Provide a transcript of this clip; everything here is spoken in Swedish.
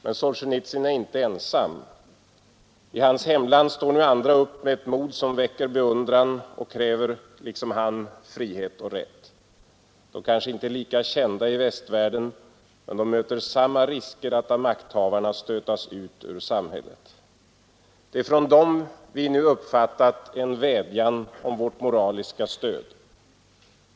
Men Solzjenitsyn är inte ensam. I hans hemland står nu andra upp, med ett mod som väcker beundran, och kräver liksom han frihet och rätt. De kanske inte är lika kända i västvärlden men de möter samma risker att av makthavarna stötas ut ur samhället. Det är från dem vi nu uppfattat en vädjan om vårt moraliska stöd.